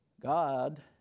God